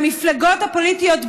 מהמפלגות הפוליטיות,